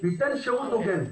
וייתן שירות הוגן.